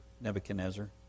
Nebuchadnezzar